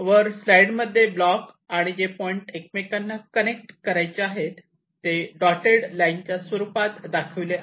वरं स्लाईड मध्ये ब्लॉक आणि जे पॉईंट एकमेकांना कनेक्ट करायचे आहेत ते डॉटेड लाईन च्या स्वरूपात दाखविले आहेत